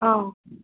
অঁ